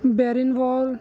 Berlin wall